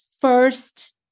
first